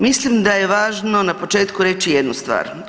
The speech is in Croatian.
Mislim da je važno na početku reći jednu stvar.